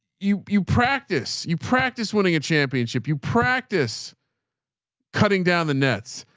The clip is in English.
you you practice, you practice winning a championship. you practice cutting down the nets.